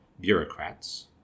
bureaucrats